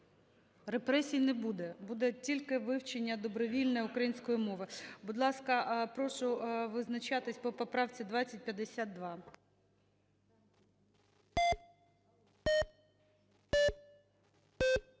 Репресій не буде, буде тільки вивчення добровільне української мови. Будь ласка, прошу визначатись по поправці 2052.